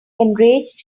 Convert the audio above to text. enraged